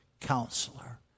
counselor